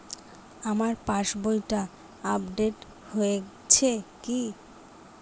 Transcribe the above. আমার পাশবইটা আপডেট হয়েছে কি?